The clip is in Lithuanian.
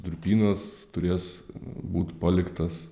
durpynas turės būt paliktas